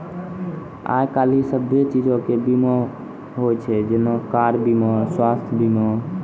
आइ काल्हि सभ्भे चीजो के बीमा होय छै जेना कार बीमा, स्वास्थ्य बीमा